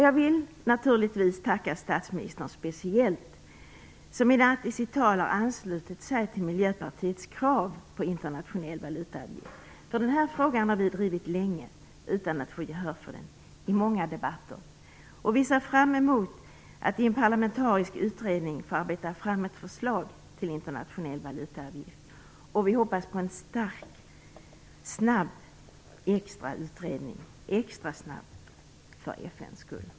Jag vill naturligtvis speciellt tacka statsministern som i natt i sitt tal har anslutit sig till Miljöpartiets krav på en internationell valutaavgift. Den frågan har vi drivit länge och i många debatter utan att få gehör för den. Vi ser fram emot att i en parlamentarisk utredning få arbeta fram ett förslag till en internationell valutaavgift. Vi hoppas på en extra snabb utredning för FN:s skull.